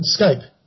Skype